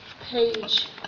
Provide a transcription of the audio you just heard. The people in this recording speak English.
page